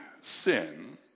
sin